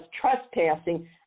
trespassing